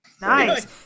nice